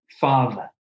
Father